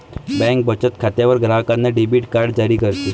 bank बचत खात्यावर ग्राहकांना डेबिट कार्ड जारी करते